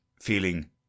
feeling